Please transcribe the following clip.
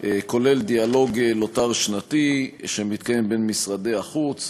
כולל דיאלוג לוט"ר שנתי שמתקיים בין משרדי החוץ,